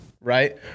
right